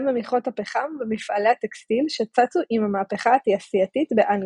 גם במכרות הפחם ובמפעלי הטקסטיל שצצו עם המהפכה התעשייתית באנגליה.